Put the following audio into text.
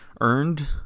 earned